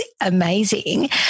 amazing